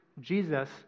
Jesus